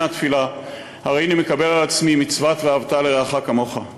התפילה: "הריני מקבל על עצמי מצוות ואהבת לרעך כמוך";